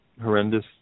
horrendous